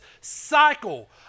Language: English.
cycle